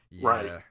Right